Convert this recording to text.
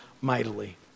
mightily